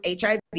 HIV